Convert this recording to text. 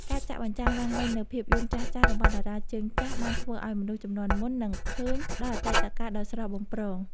ការចាក់បញ្ចាំងឡើងវិញនូវភាពយន្តចាស់ៗរបស់តារាជើងចាស់បានធ្វើឱ្យមនុស្សជំនាន់មុននឹកឃើញដល់អតីតកាលដ៏ស្រស់បំព្រង។